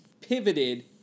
pivoted